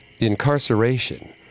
Incarceration